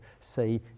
say